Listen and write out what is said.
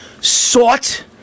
sought